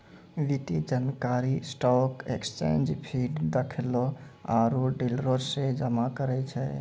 वित्तीय जानकारी stock exchange feed, दलालो आरु डीलरो से जमा करै छै